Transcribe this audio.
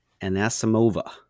Anasimova